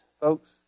folks